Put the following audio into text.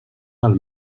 del